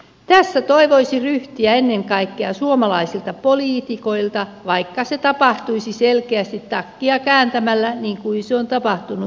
tässä toivoisi ryhtiä ennen kaikkea suomalaisilta poliitikoilta vaikka se tapahtuisi selkeästi takkia kääntämällä niin kuin se on tapahtunut keskustalla